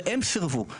והם סירבו.